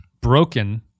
broken